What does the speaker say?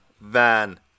Van